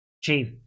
chief